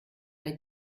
bei